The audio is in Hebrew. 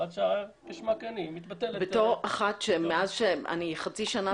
הוראת השעה כשמה כן היא מתבטלת -- אני חצי שנה